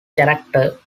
character